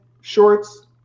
shorts